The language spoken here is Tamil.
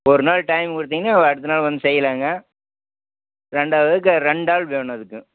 ஒரு நாள் டைம் கொடுத்தீங்கன்னா அடுத்த நாள் வந்து செய்யறேங்க ரெண்டாவதுக்கு ஆ ரெண்டாள் வேணும் அதுக்கும்